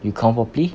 you count properly